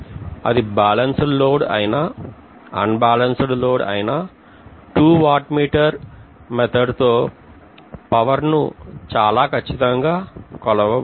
అది balanced load అయినా unbalanced load అయినా 2 వాట్ మీటర్ ల తో పవర్ ను చాల ఖచ్చితం గా కొలవవచ్చు